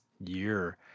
year